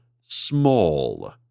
small